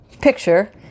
picture